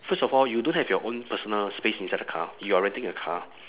first of all you don't have your own personal space inside the car you are renting a car